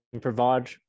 provide